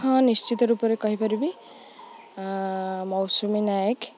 ହଁ ନିଶ୍ଚିତ ରୂପରେ କହିପାରିବି ମୌସୁମୀ ନାୟକ